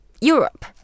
Europe